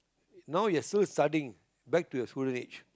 now you're still studying back to your school age